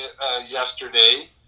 yesterday